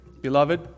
beloved